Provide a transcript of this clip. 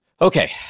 Okay